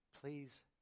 please